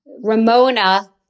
Ramona